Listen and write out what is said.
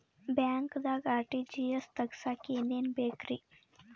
ಬ್ಯಾಂಕ್ದಾಗ ಆರ್.ಟಿ.ಜಿ.ಎಸ್ ತಗ್ಸಾಕ್ ಏನೇನ್ ಬೇಕ್ರಿ?